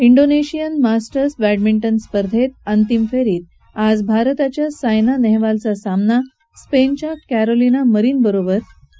Indonesia masters badminton स्पर्धेत अंतिम फेरीत भारताच्या सायना नेहवालचा सामना आज स्पेनच्या कॅरोलिना मरीन बरोबर होणार